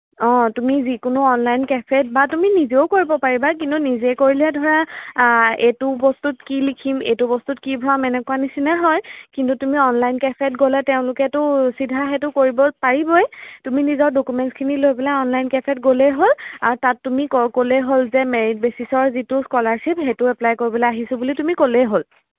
অঁ তুমি যিকোনো অনলাইন কেফেত বা তুমি নিজেও কৰিব পাৰিবা কিন্তু নিজে কৰিলে ধৰা এইটো বস্তুত কি লিখিম এইটো বস্তুত কি ভৰাম এনেকুৱা নিচিনা হয় কিন্তু তুমি অনলাইন কেফেত গ'লে তেওঁলোকেতো চিধা সেইটো কৰিব পাৰিবই তুমি নিজৰ ডকুমেণ্টছখিনি লৈ পেলাই অনলাইন কেফেত গ'লেই হ'ল আৰু তাত তুমি ক ক'লে হ'ল যে মেৰিট বেচিছৰ যিটো স্কলাৰশ্বিপ সেইটো এপ্লাই কৰিবলৈ আহিছোঁ বুলি তুমি ক'লেই হ'ল